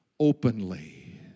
Openly